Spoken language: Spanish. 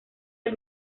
del